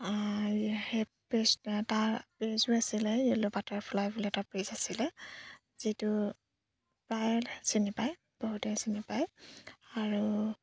সেই পেজ তাৰ পেজো আছিলে য়েল্ল' বাটাৰফ্লাই বুলি এটা পেজ আছিলে যিটো প্ৰায় চিনি পায় বহুতে চিনি পায় আৰু